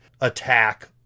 attack